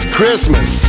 Christmas